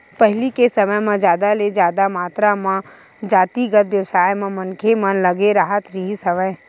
पहिली के समे म जादा ले जादा मातरा म जातिगत बेवसाय म मनखे मन लगे राहत रिहिस हवय